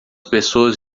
pessoas